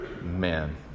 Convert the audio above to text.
man